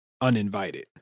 uninvited